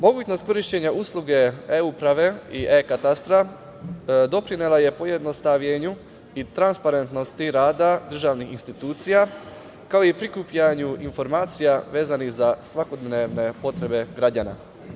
Mogućnost korišćenja usluge e-uprave i e-katastra doprinela je pojednostavljenju i transparentnosti rada državnih institucija, kao i prikupljanju informacija vezanih za svakodnevne potrebe građana.